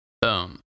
Boom